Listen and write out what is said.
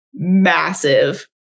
massive